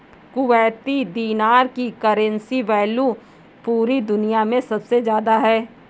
Kuwaiti dinar की currency value पूरी दुनिया मे सबसे ज्यादा है